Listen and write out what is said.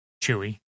Chewy